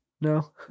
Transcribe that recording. No